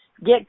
get